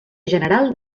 general